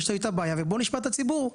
יש איתה בעיה ובואו נשמע את הציבור.